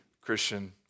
Christian